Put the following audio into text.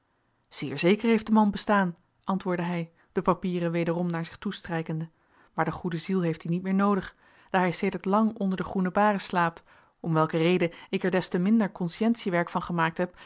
zeer zeker heeft de man bestaan antwoordde hij de papieren wederom naar zich toestrijkende maar de goede ziel heeft die niet meer noodig daar hij sedert lang onder de groene baren slaapt om welke reden ik er des te minder conscientiewerk van gemaakt heb